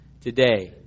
Today